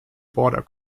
border